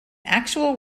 actual